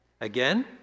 Again